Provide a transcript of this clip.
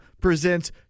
presents